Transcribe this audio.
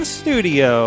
studio